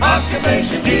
Occupation